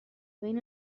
بین